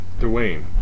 Dwayne